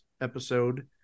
episode